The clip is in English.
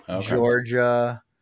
Georgia